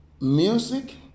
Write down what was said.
music